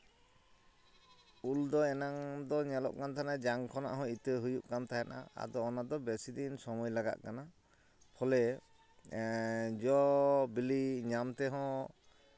ᱩᱞ ᱫᱚ ᱮᱱᱟᱝ ᱫᱚ ᱧᱮᱞᱚᱜ ᱠᱟᱱ ᱛᱟᱦᱮᱱᱟ ᱡᱟᱝ ᱠᱷᱚᱱᱟᱜ ᱦᱚᱸ ᱤᱛᱟᱹ ᱦᱩᱭᱩᱜ ᱠᱟᱱ ᱛᱟᱦᱮᱱᱟ ᱟᱫᱚ ᱚᱱᱟ ᱫᱚ ᱵᱮᱥᱤ ᱫᱤᱱ ᱥᱚᱢᱚᱭ ᱞᱟᱜᱟᱜ ᱠᱟᱱᱟ ᱯᱷᱚᱞᱮ ᱡᱚ ᱵᱤᱞᱤ ᱧᱟᱢ ᱛᱮᱦᱚᱸ